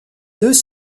deux